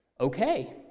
okay